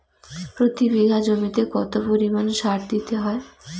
প্রতি বিঘা জমিতে কত পরিমাণ সার দিতে হয়?